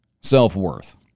Self-worth